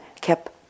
kept